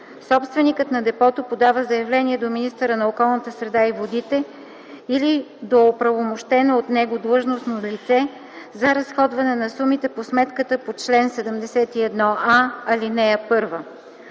собственикът на депото подава заявление до министъра на околната среда и водите или до оправомощено от него длъжностно лице за разходване на сумите от сметката по чл. 71а, ал. 1.